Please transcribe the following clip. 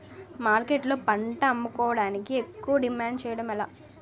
మార్కెట్లో పంట అమ్ముకోడానికి ఎక్కువ డిమాండ్ చేయడం ఎలా?